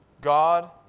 God